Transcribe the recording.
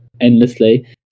endlessly